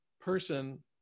person